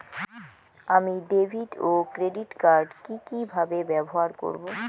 আমি ডেভিড ও credit card কি কিভাবে ব্যবহার করব?